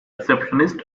receptionist